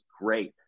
great